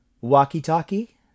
Walkie-talkie